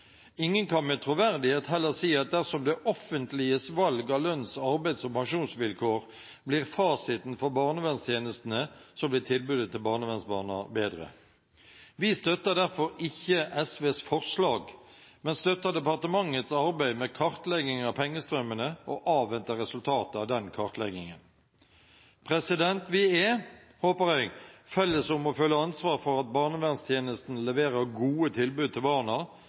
Ingen kan med troverdighet heller si at dersom det offentliges valg av lønns-, arbeids- og pensjonsvilkår blir fasiten for barnevernstjenestene, så blir tilbudet til barnevernsbarna bedre. Vi støtter derfor ikke SVs forslag, men støtter departementets arbeid med kartlegging av pengestrømmene og avventer resultatet av den kartleggingen. Vi er, håper jeg, felles om å føle ansvar for at barnevernstjenesten leverer gode tilbud til barna